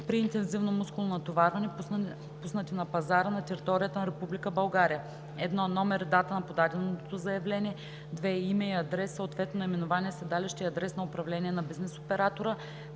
при интензивно мускулно натоварване, пуснати на пазара на територията на Република България: 1. номер и дата на подаденото заявление; 2. име и адрес, съответно наименование, седалище и адрес на управление на бизнес оператора;